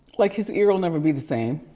like his ear will never be the same.